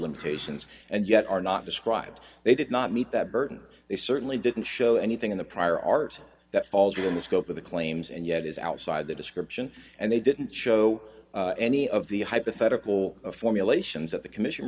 limitations and yet are not described they did not meet that burden or they certainly didn't show anything in the prior art that falls within the scope of the claims and yet is outside the description and they didn't show any of the hypothetical formulations that the commission